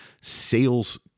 sales